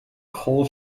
call